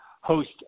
host